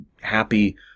happy